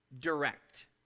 direct